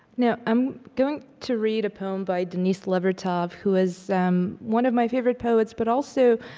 now i'm going to read a poem by denise levertov, who is um one of my favorite poets but also,